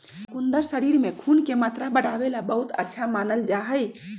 शकुन्दर शरीर में खून के मात्रा बढ़ावे ला बहुत अच्छा मानल जाहई